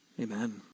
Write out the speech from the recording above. Amen